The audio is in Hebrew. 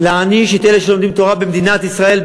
להעניש את אלה שלומדים תורה במדינת ישראל,